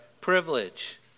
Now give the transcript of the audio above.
privilege